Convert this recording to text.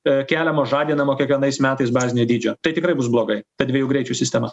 keliamo žadinamo kiekvienais metais bazinio dydžio tai tikrai bus blogai ta dviejų greičių sistema